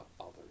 others